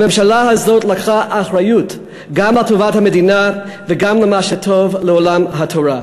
הממשלה הזאת לקחה אחריות גם על טובת המדינה וגם למה שטוב לעולם התורה.